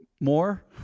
more